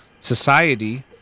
society